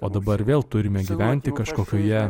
o dabar vėl turime gyventi kažkokioje